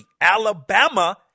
Alabama